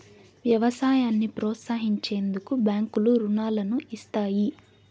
వ్యవసాయాన్ని ప్రోత్సహించేందుకు బ్యాంకులు రుణాలను ఇస్తాయి